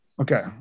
okay